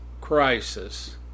crisis